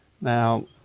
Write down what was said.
Now